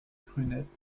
prunette